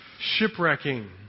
shipwrecking